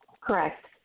Correct